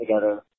together